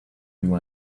you